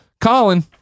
Colin